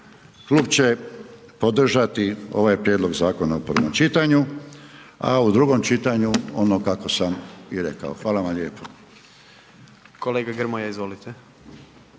klub će podržati ovaj prijedlog zakona u prvom čitanju a u drugom čitanju ono kako sam i rekao. Hvala vam lijepo. **Jandroković,